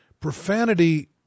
profanity